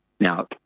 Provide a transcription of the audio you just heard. Now